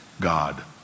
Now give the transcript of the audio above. God